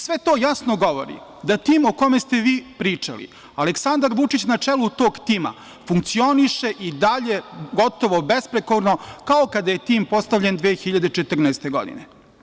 Sve to jasno govori da tim o kome ste vi pričali, Aleksandar Vučić na čelu tog tima, funkcioniše i dalje gotovo besprekorno, kao kada je tim postavljen 2014. godine.